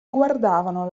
guardavano